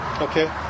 Okay